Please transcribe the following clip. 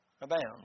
Abound